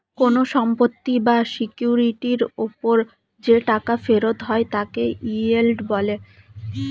কোন সম্পত্তি বা সিকিউরিটির উপর যে টাকা ফেরত হয় তাকে ইয়েল্ড বলে